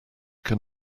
can